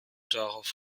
darauf